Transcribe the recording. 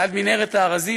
ליד מנהרת הארזים,